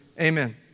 amen